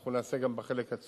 אנחנו נעשה גם בחלק הצפוני.